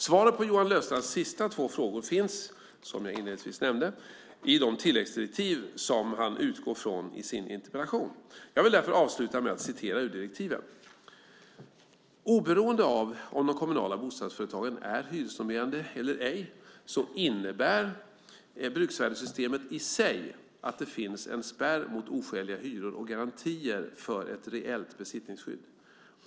Svaret på Johan Löfstrands sista två frågor finns, som jag inledningsvis nämnde, i de tilläggsdirektiv som han utgår från i sin interpellation. Jag vill därför avsluta med att citera ur direktiven: "Oberoende av om de kommunala bostadsföretagen är hyresnormerande eller ej så innebär bruksvärdessystemet i sig att det finns en spärr mot oskäliga hyror och garantier för ett reellt besittningsskydd.